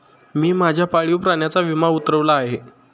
मी माझ्या पाळीव प्राण्याचा विमा उतरवला आहे